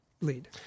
lead